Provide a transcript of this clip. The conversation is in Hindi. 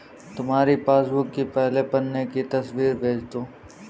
तुम्हारी पासबुक की पहले पन्ने की तस्वीर भेज दो